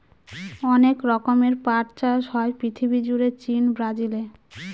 অনেক রকমের পাট চাষ হয় পৃথিবী জুড়ে চীন, ব্রাজিলে